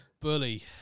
Bully